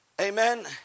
amen